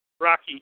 Rocky